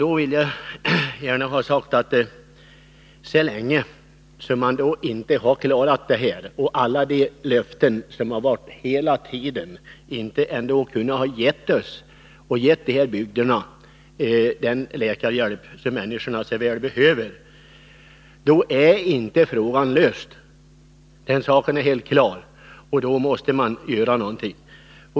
Jag vill här gärna ha sagt att så länge de löften som hela tiden givits inte har kunnat infrias, så länge man inte har klarat av att ge människorna i de aktuella bygderna den läkarhjälp de så väl behöver, är frågan inte löst. Den saken är helt klar. Därför måste man göra någonting.